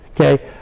okay